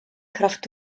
kraft